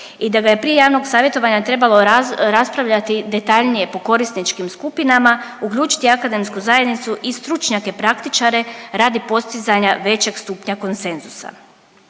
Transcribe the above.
i da ga je prije javnog savjetovanja trebalo raspravljati detaljnije po korisničkim skupinama, uključiti akademsku zajednicu i stručnjake praktičare radi postizanja većeg stupnja konsenzusa.